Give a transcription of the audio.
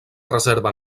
reserva